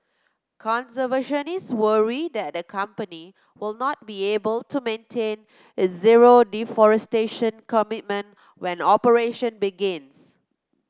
conservationists worry that the company will not be able to maintain its zero deforestation commitment when operation begins